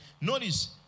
Notice